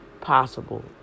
possible